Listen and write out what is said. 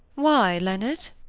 why, leonard?